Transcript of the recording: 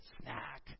Snack